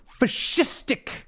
fascistic